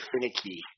finicky